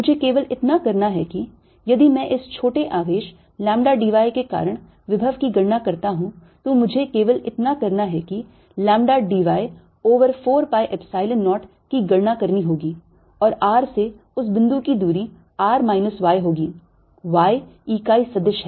मुझे केवल इतना करना है कि यदि मैं इस छोटे आवेश लैम्ब्डा d y के कारण विभव की गणना करता हूं तो मुझे केवल इतना करना है कि lambda d y over 4 pi Epsilon 0 की गणना करनी होगी और r से उस बिंदु की दूरी r minus y होगी y इकाई सदिश है